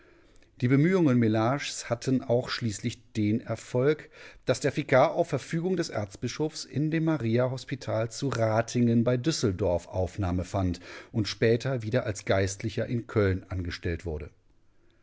die bemühungen mellages hatten auch schließlich den erfolg daß der vikar auf verfügung des erzbischofs in dem mariahospital zu rathingen bei düsseldorf aufnahme fand und später wieder als geistlicher in köln angestellt wurde